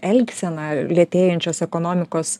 elgseną lėtėjančios ekonomikos